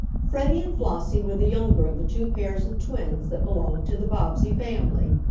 freddie and flossie were the younger of the two pairs of twins that belonged to the bobbsey family.